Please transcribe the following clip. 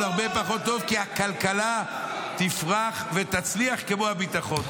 הרבה פחות כי הכלכלה תפרח ותצליח כמו הביטחון.